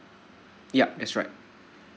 yup that's right